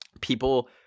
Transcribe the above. people